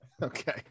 Okay